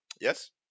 Yes